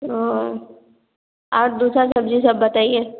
औ और दूसरा सब्जी सब बताइए